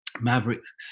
Mavericks